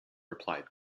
replied